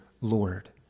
Lord